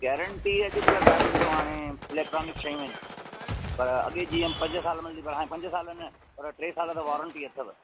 guarantee अॼुकल्ह साहिब ॾिसो हाणे इलेक्ट्रोनिक शयूं आहिनि पर अॻिए जीअं पंज साल मिलंदी पर हाणे पंज सालु न पर टे साल त वारंटी अथव